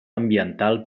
ambiental